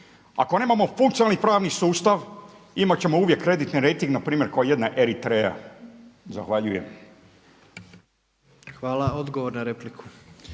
ako nemamo funkcionalni pravni sustav imat ćemo uvijek kreditni rejting na primjer kao jedna Eritreja. Zahvaljujem. **Jandroković,